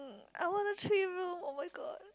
I wanna three room oh-my-god